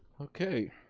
okay,